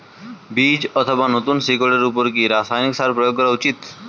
বীজ অথবা নতুন শিকড় এর উপর কি রাসায়ানিক সার প্রয়োগ করা উচিৎ?